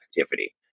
activity